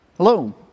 Hello